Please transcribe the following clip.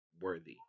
worthy